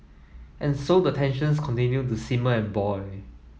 and so the tensions continue to simmer and boil